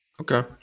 Okay